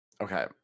Okay